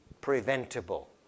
preventable